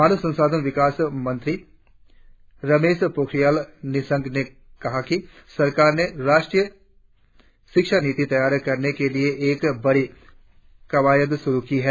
मानव संसाधन विकास मंत्री रमेश पोखरियाल निशंक ने कहा है सरकार ने राष्ट्रीय शिक्षा नीति तैयार करने के लिए एक बड़ी कवायद शुरु की है